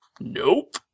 Nope